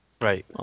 right